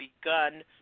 begun